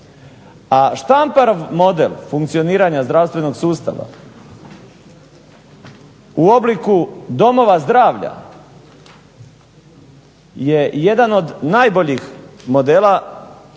A Štamparov model funkcioniranja zdravstvenog sustava u obliku domova zdravlja je jedan od najboljih modela